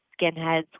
skinheads